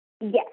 Yes